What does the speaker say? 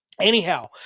Anyhow